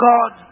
God